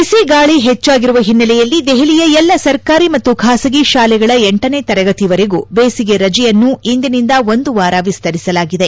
ಬಿಸಿಗಾಳಿ ಹೆಚ್ಚಾಗಿರುವ ಹಿನ್ನೆಲೆಯಲ್ಲಿ ದೆಹಲಿಯ ಎಲ್ಲಾ ಸರ್ಕಾರಿ ಮತ್ತು ಖಾಸಗಿ ಶಾಲೆಗಳ ಇನೇ ತರಗತಿ ವರೆಗೂ ಬೇಸಿಗೆ ರಜೆಯನ್ನು ಇಂದಿನಿಂದ ಒಂದು ವಾರ ವಿಸ್ತರಿಸಲಾಗಿದೆ